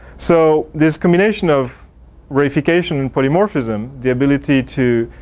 so this combination of reification and polymorphism the ability to